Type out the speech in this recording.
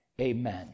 Amen